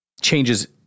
changes